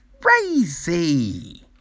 Crazy